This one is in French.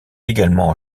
également